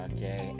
Okay